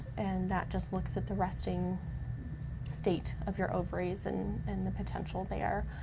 and that just looks at the resting state of your ovaries and and the potential there.